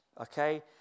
Okay